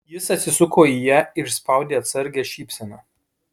jis atsisuko į ją ir išspaudė atsargią šypseną